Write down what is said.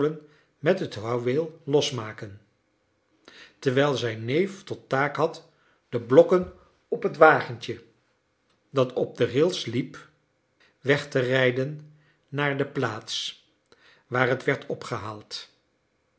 met het houweel losmaken terwijl zijn neef tot taak had de blokken op het wagentje dat op de rails liep weg te rijden naar de plaats waar het werd opgehaald